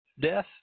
death